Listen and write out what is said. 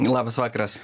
labas vakaras